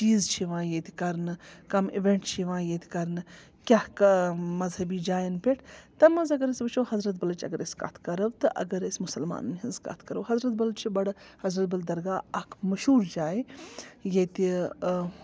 چیٖز چھِ یِوان ییٚتہِ کَرنہٕ کَم اِونٛٹ چھِ یِوان ییٚتہِ کَرنہٕ کیٛاہ مذہبی جایَن پٮ۪ٹھ تَمہِ منٛز اگر أسۍ وُچھو حضرت بَلٕچ اگر أسۍ کَتھ کَرو تہٕ اگر أسۍ مُسلمانَن ہٕنٛز کَتھ کَرو حضرت بَل چھُ بَڈٕ حضرت بَل درگاہ اَکھ مشہوٗر جایے ییٚتہِ